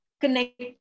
connect